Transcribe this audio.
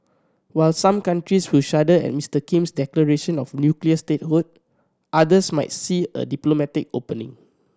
while some countries will shudder at Mister Kim's declaration of nuclear statehood others might see a diplomatic opening